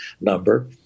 number